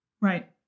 right